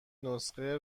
نسخه